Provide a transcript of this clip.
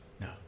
No